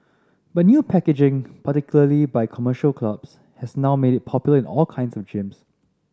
but new packaging particularly by commercial clubs has now made it popular in all kinds of gyms